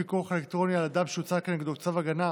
פיקוח אלקטרוני על אדם שהוצא כנגדו צו הגנה),